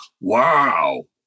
wow